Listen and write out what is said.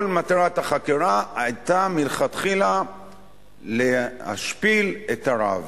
כל מטרת החקירה היתה מלכתחילה להשפיל את הרב.